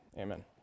Amen